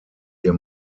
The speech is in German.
ihr